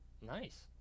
nice